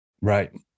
right